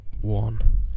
one